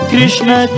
Krishna